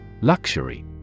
Luxury